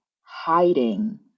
hiding